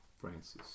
Francis